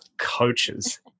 coaches